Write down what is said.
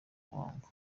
muhango